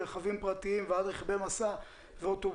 רכבים פרטיים ועד רכבי משא ואוטובוסים,